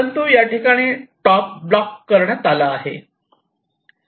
परंतु याठिकाणी top block करण्यात आला आहे